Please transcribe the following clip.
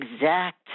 exact